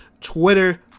twitter